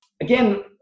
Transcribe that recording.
again